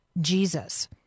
Jesus